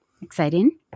Exciting